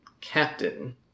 Captain